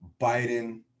Biden